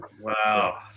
Wow